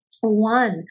one